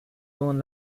own